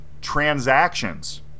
Transactions